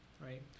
right